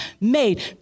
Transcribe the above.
made